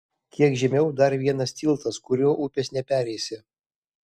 kiek žemiau dar vienas tiltas kuriuo upės nepereisi